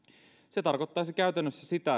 se tarkoittaisi käytännössä sitä